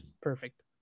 perfect